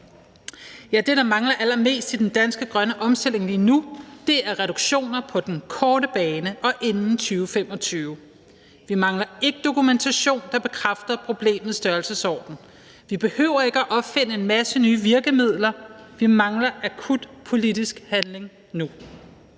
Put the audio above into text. Ja, det, der mangler allermest i den danske grønne omstilling lige nu, er reduktioner på den korte bane og inden 2025. Vi mangler ikke dokumentation, der bekræfter problemets størrelsesorden; vi behøver ikke at opfinde en masse nye virkemidler; vi mangler akut politisk handling nu.